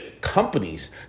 companies